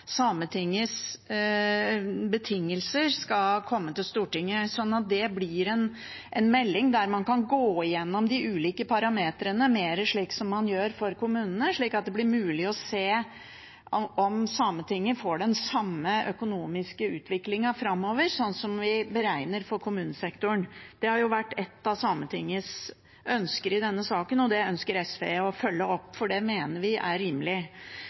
Sametingets betingelser, kommer til Stortinget, om det blir en melding der man kan gå gjennom de ulike parameterne mer som man gjør for kommunene, slik at det blir mulig å se om Sametinget får den samme økonomiske utviklingen framover som vi beregner for kommunesektoren. Det har vært et av Sametingets ønsker i denne saken, og det ønsker SV å følge opp. Det mener vi er rimelig.